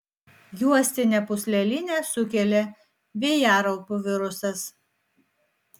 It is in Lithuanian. juostinę pūslelinę sukelia vėjaraupių virusas